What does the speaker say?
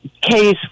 case